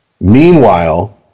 Meanwhile